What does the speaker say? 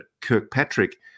Kirkpatrick